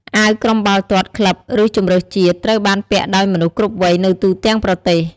អាវក្រុមបាល់ទាត់ ក្លឹប ឬជម្រើសជាតិ ត្រូវបានពាក់ដោយមនុស្សគ្រប់វ័យនៅទូទាំងប្រទេស។